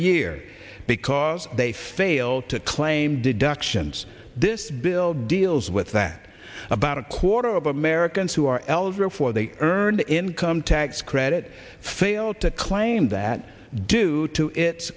year because they fail to claim deductions this bill deals with that about a quarter of americans who are eligible for the earned income tax credit fail to claim that due to it